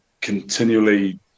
continually